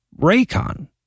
Raycon